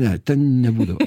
ne ten nebūdavo